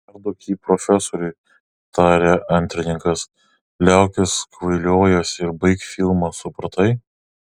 perduok jį profesoriui tarė antrininkas liaukis kvailiojęs ir baik filmą supratai